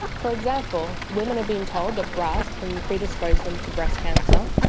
for example, women are being told that bras can predispose them to breast cancer,